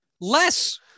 less